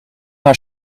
haar